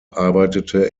arbeitete